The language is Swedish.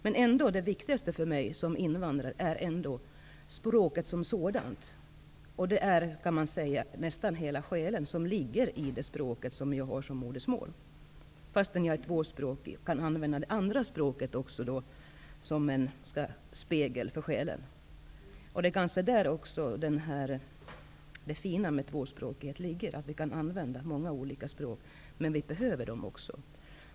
Men det viktigaste för mig som invandrare är ändå språket som sådant. Det är, kan man säga, nästan hela själen som ligger i det språk som jag har som modersmål, fastän jag är tvåspråkig och kan använda också det andra språket som en spegel för själen. Det är kanske där det fina med tvåspråkigheten ligger. Vi kan använda många olika språk, men vi behöver dem också.